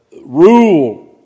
rule